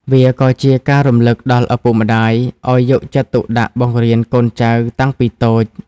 វាក៏ជាការរំលឹកដល់ឪពុកម្ដាយ ឱ្យយកចិត្តទុកដាក់បង្រៀនកូនចៅតាំងពីតូច។